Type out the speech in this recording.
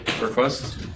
requests